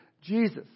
Jesus